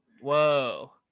Whoa